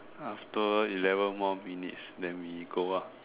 after eleven more minutes then we go lah